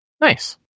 Nice